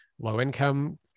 Low-income